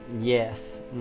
Yes